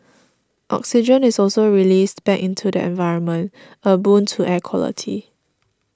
oxygen is also released back into the environment a boon to air quality